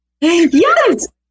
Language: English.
Yes